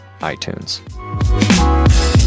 iTunes